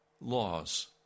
laws